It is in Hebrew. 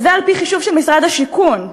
וזה על-פי חישוב של משרד השיכון,